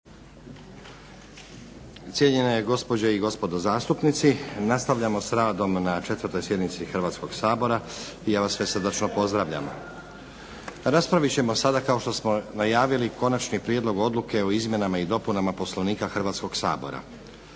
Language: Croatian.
Cijenjene gospođe i gospodo zastupnici, nastavljamo s radom na 4. sjednici Hrvatskoga sabora i ja vas sve srdačno pozdravljam. Raspravit ćemo sada kao što smo najavili - Konačni prijedlog odluke o izmjenama i dopunama Poslovnika Hrvatskoga sabora